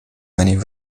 many